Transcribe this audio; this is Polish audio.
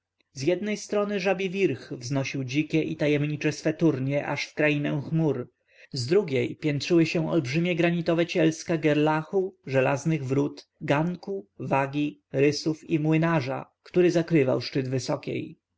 z jednej strony żabi wirch wznosił dzikie i tajemnicze swe turnie aż w krainę chmur z drugiej piętrzyły się olbrzymie granitowe cielska gerlachu żelaznych wrot ganku wagi rysów i młynarza który zakrywał szczyt wysokiej